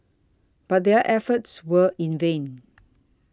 but their efforts were in vain